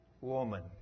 woman